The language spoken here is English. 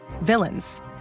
villains